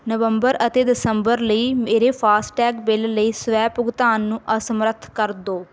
ਨਵੰਬਰ ਅਤੇ ਦਸੰਬਰ ਲਈ ਮੇਰੇ ਫਾਸਟੈਗ ਬਿੱਲ ਲਈ ਸਵੈ ਭੁਗਤਾਨ ਨੂੰ ਅਸਮਰੱਥ ਕਰ ਦਿਓ